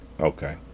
Okay